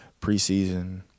preseason